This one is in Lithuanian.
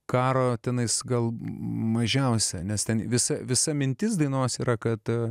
karo tenais gal mažiausia nes ten visa visa mintis dainos yra kad